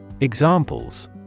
Examples